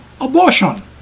Abortion